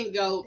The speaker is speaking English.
go